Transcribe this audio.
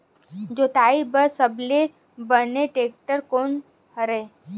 जोताई बर सबले बने टेक्टर कोन हरे?